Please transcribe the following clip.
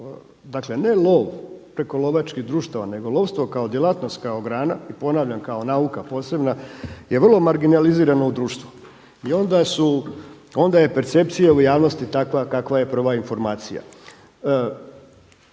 dakle ne lov, preko lovačkih društava, nego lovstvo kao djelatnost, kao grana i ponavljam kao nauka posebna, je vrlo marginalizirano u društvu i onda je percepcija u javnosti takva kakva je prva informacija.